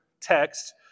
text